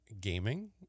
gaming